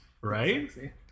right